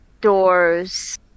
doors